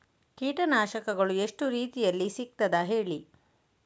ಕೀಟನಾಶಕಗಳು ಎಷ್ಟು ರೀತಿಯಲ್ಲಿ ಸಿಗ್ತದ ಹೇಳಿ